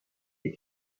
you